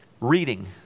Reading